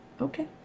Okay